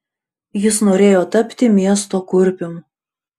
jis norėjo tapti miesto kurpium